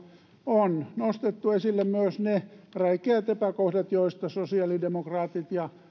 on nostettu esille myös ne räikeät epäkohdat joista sosiaalidemokraatit ja